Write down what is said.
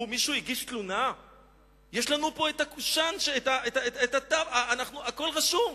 פה אף אחד לא ערער,